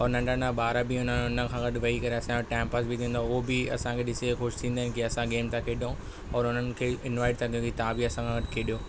उहो नंढा नंढा ॿार बि हुननो हुन खां गॾु वेई करे असांओ टाइम पास बि थींदो आहे उहो बि असांखे ॾिसी ख़ुशि थींदा आहियूं की असां गेम था खेॾऊं और उन्हनि खे इनवाइट था कयो कि तव्हां बि असां सां गॾु खेॾियो